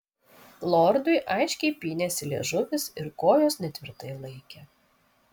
lordui aiškiai pynėsi liežuvis ir kojos netvirtai laikė